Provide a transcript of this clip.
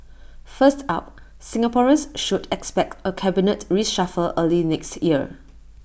first up Singaporeans should expect A cabinet reshuffle early next year